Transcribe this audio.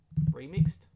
remixed